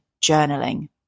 journaling